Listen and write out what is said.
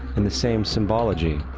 in the same symbology.